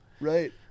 right